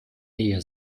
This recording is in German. nähe